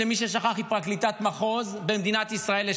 למי ששכח, היא פרקליטת מחוז לשעבר במדינת ישראל.